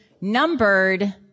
numbered